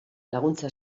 laguntza